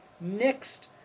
next